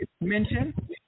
mention